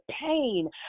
pain